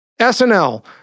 SNL